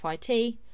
fit